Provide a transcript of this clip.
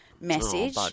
message